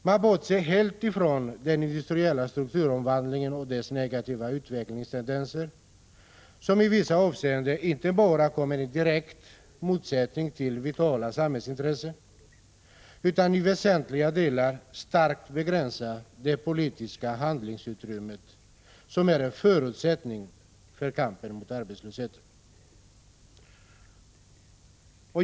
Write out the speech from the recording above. Man bortser helt från den industriella strukturomvandlingen och dess negativa utvecklingstendenser, som i vissa avseenden inte bara kommer i direkt motsättning till vitala samhällsintressen utan i väsentliga delar också starkt begränsar det politiska handlingsutrymmet, som är en förutsättning för kampen mot arbetslösheten.